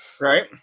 right